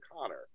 Connor